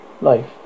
Life